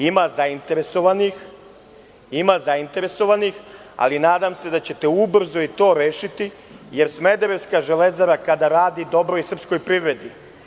Ima zainteresovanih, ali nadam se da ćete ubrzo i to rešiti, jer smederevska „Železara“ kada radi dobro je i srpskoj privredi.